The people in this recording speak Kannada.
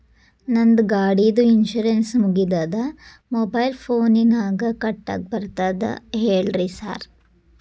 ನಂದ್ ಗಾಡಿದು ಇನ್ಶೂರೆನ್ಸ್ ಮುಗಿದದ ಮೊಬೈಲ್ ಫೋನಿನಾಗ್ ಕಟ್ಟಾಕ್ ಬರ್ತದ ಹೇಳ್ರಿ ಸಾರ್?